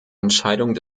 entscheidung